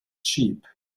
sheep